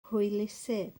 hwylusydd